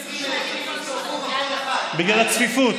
לעולים, בגלל הצפיפות.